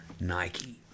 Nike